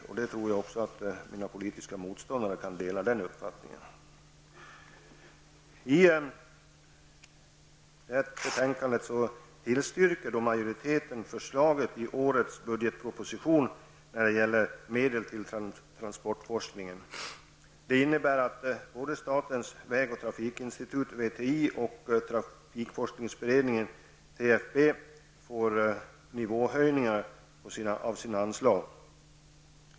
Jag tror även att mina politiska motståndare kan dela den uppfattningen. I detta betänkande tillstyrker majoriteten förslaget i årets budgetproposition när det gäller medel till transportforskningen. Det innebär att både statens väg och trafikinstitut, VTI, och trafikforskningsföreningen, TFB, får nivåhöjningar av sina anslag.